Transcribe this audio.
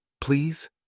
Please